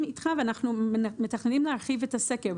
אנחנו מסכימים איתך ואנחנו מתכננים להרחיב את הסקר,